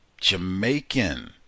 Jamaican